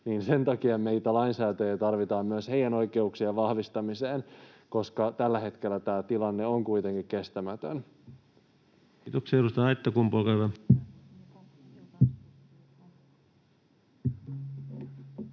tähän. Meitä lainsäätäjiä tarvitaan myös heidän oikeuksiensa vahvistamiseen, koska tällä hetkellä tämä tilanne on kuitenkin kestämätön. Kiitoksia. — Edustaja Aittakumpu, olkaa hyvä.